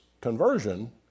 conversion